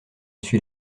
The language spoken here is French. suis